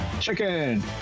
Chicken